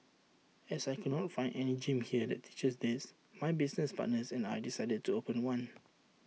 as I could not find any gym here that teaches this my business partners and I decided to open one